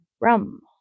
rum